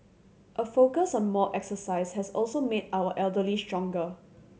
a focus on more exercise has also made our elderly stronger